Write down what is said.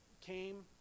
came